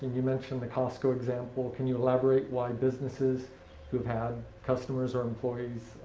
you mentioned the costco example. can you elaborate why businesses who had customers or employees